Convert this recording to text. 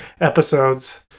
episodes